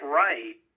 right